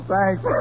Thanks